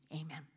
Amen